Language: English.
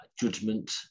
judgment